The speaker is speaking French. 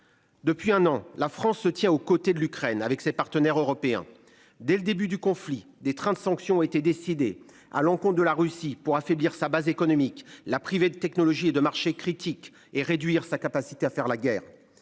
Depuis un an, la France se tient aux côtés de l'Ukraine avec ses partenaires européens. Dès le début du conflit, des trains de sanctions ont été décidées à l'encontre de la Russie pour affaiblir sa base économique la privé de technologie et de marché critique et réduire sa capacité à faire la guerre